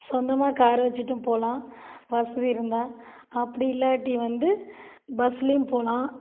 சொந்தமாக கார் வச்சிட்டும் போகலாம் வசதி இருந்தால் அப்படி இல்லாட்டி வந்து பஸ்லையும் போகலாம்